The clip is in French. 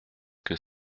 que